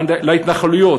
להתנחלויות,